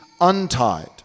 untied